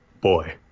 boy